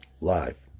live